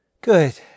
Good